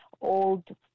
old